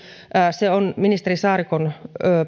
asia on ministeri saarikon